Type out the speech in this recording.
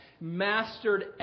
mastered